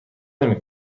نمی